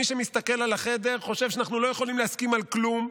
מי שמסתכל על החדר חושב שאנחנו לא יכולים להסכים על כלום,